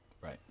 Right